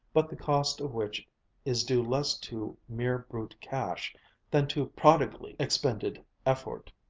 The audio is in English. but the cost of which is due less to mere brute cash than to prodigally expended effort.